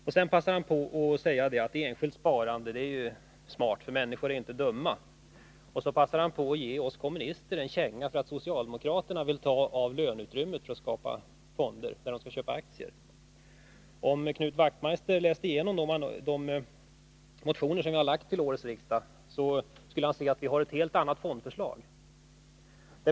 Knut Wachtmeister sade att enskilt sparande är smart — människor är inte dumma. Och så passade han på och gav oss kommunister en känga för att socialdemokraterna vill ta av löneutrymmet och skapa fonder för att köpa aktier. Om Knut Wachtmeister hade läst igenom de motioner vi har väckt till årets riksdag skulle han ha sett att vi har ett helt annat fondförslag.